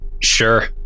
sure